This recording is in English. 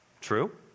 true